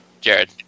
Jared